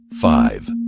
five